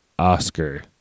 Oscar